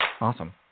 Awesome